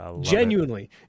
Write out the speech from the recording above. Genuinely